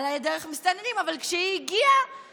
על הדרך מסתננים, אבל כשהיא הגיעה